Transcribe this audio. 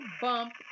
bump